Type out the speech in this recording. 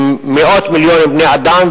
מאות מיליוני בני-אדם,